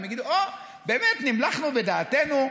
והם יגידו: באמת נמלכנו בדעתנו,